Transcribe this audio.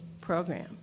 program